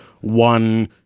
one